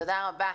תודה רבה.